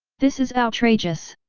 this is outrageous!